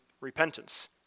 repentance